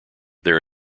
their